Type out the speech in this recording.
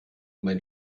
mein